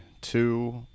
two